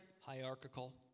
hierarchical